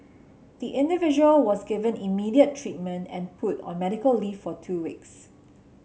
the individual was given immediate treatment and put on medical leave for two weeks